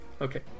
Okay